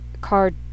card